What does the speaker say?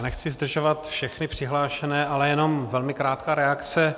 Nechci zdržovat všechny přihlášené, ale jenom velmi krátká reakce.